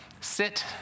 sit